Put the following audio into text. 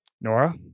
Nora